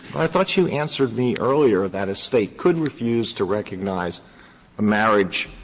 i thought you answered me earlier that a state could refuse to recognize a marriage